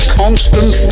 constant